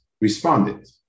responded